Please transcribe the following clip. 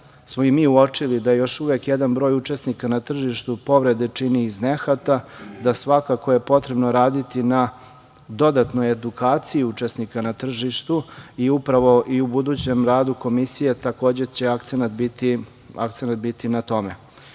smo i mi uočili da još uvek jedan broj učesnika na tržištu povrede čini iz nehata, da svakako je potrebno raditi na dodatnoj edukaciji učesnika na tržištu, i upravo u budućem radu komisije takođe će akcenat biti na tome. Na